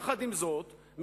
עם זאת,